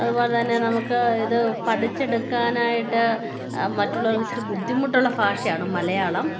അതുപോലെ തന്നെ നമുക്ക് ഇത് പഠിച്ചെടുക്കാനായിട്ട് മറ്റുള്ളവർക്ക് ഇച്ചിരി ബുദ്ധിമുട്ടുള്ള ഭാഷയാണ് മലയാളം